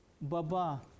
Baba